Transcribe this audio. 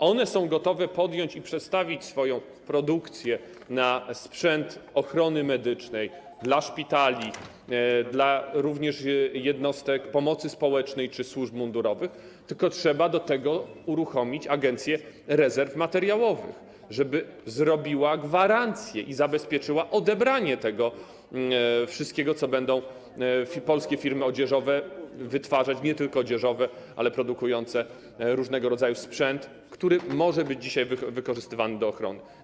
One są gotowe podjąć i przestawić swoją produkcję na sprzęt ochrony medycznej dla szpitali, również dla jednostek pomocy społecznej czy służb mundurowych, tylko trzeba do tego włączyć Agencję Rezerw Materiałowych, żeby dała gwarancję i zabezpieczyła odebranie tego wszystkiego, co będą wytwarzać polskie firmy odzieżowe, nie tylko odzieżowe, ale też produkujące różnego rodzaju sprzęt, który może być dzisiaj wykorzystywany do ochrony.